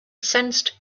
sensed